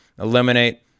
eliminate